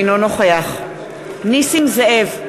אינו נוכח נסים זאב,